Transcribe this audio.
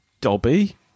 Dobby